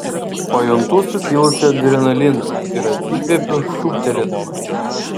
pajuntu sukilusį adrenaliną ir atsikvepiu šūktelėdama